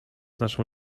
naszą